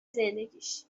زندگیش